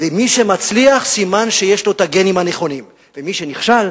ומי שמצליח סימן שיש לו הגנים הנכונים, ומי שנכשל